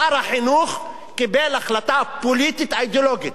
שר החינוך קיבל החלטה פוליטית אידיאולוגית.